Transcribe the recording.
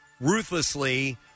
ruthlessly